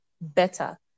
better